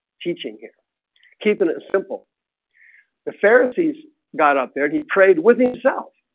teaching here keeping it simple the pharisees got up there. he prayed with himself